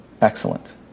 excellent